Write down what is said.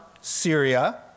Syria